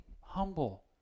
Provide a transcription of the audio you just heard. humble